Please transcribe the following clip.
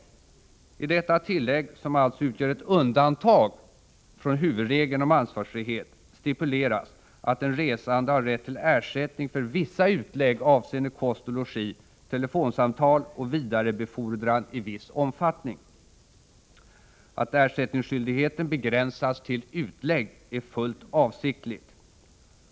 I detta tillägg, som alltså utgör ett undantag från huvudregeln om ansvarsfrihet, stipuleras att den resande har rätt till ersättning för vissa utlägg avseende kost och logi, telefonsamtal och vidarebefordran i viss omfattning. Att ersättningsskyldigheten begränsats till utlägg är fullt avsiktligt.